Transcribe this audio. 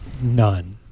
None